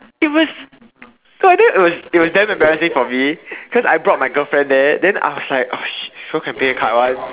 it was cause I think it was it was damn embarrassing for me cause I brought my girlfriend there then I was like oh shit thought can pay card [one]